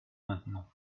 maintenant